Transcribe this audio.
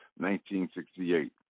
1968